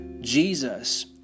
Jesus